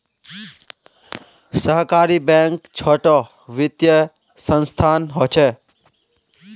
सहकारी बैंक छोटो वित्तिय संसथान होछे